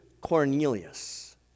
Cornelius